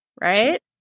Right